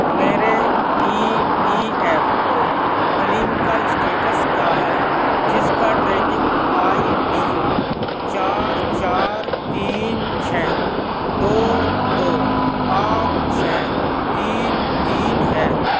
میرے E P F O claim کا status کیا ہے جس کا ٹریکنگ آئی ڈی چار چار تین چھ دو دو آٹھ چھ تین تین ہے